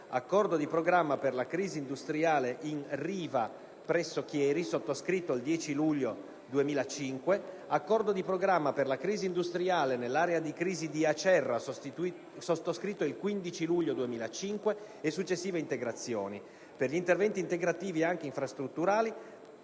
accordo di programma per la crisi industriale in Riva presso Chieri, sottoscritto il 10 luglio 2005; accordo di programma per la crisi industriale nell'area di crisi di Acerra, sottoscritto il 15 luglio 2005 e successive integrazioni, per gli interventi integrativi, anche infrastrutturali,